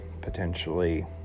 potentially